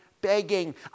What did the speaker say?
begging